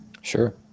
Sure